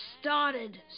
started